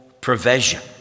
provision